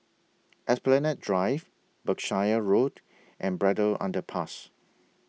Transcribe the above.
Esplanade Drive Berkshire Road and Braddell Underpass